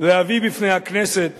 להביא בפני הכנסת